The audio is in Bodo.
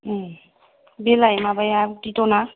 बेलाय माबाया बिदना